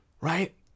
Right